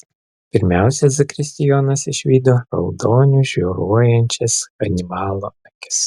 pirmiausia zakristijonas išvydo raudoniu žioruojančias hanibalo akis